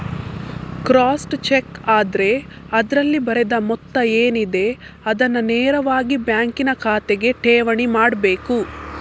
crossed check ಆದ್ರೆ ಅದ್ರಲ್ಲಿ ಬರೆದ ಮೊತ್ತ ಏನಿದೆ ಅದನ್ನ ನೇರವಾಗಿ ಬ್ಯಾಂಕಿನ ಖಾತೆಗೆ ಠೇವಣಿ ಮಾಡ್ಬೇಕು